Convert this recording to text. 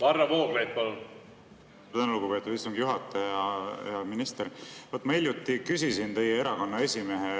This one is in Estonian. Varro Vooglaid, palun! Tänan, lugupeetud istungi juhataja! Hea minister! Ma hiljuti küsisin teie erakonna esimehe,